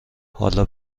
حالا